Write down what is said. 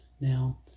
now